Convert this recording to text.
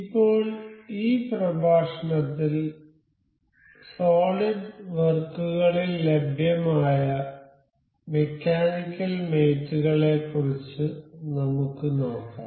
ഇപ്പോൾ ഈ പ്രഭാഷണത്തിൽ സോളിഡ് വർക്കുകളിൽ ലഭ്യമായ മെക്കാനിക്കൽ മേറ്റ് കളെക്കുറിച്ച് നമ്മുക്ക് നോക്കാം